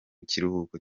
kiruhuko